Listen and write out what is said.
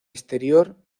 exterior